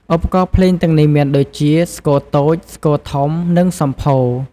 ឧបករណ៍ភ្លេងទាំងនេះមានដូចជា ស្គរតូច ស្គរធំ និងសំភោរ។